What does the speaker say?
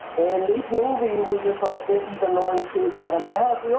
and this movie was just like these annoying kids out of my house. yeah